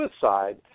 suicide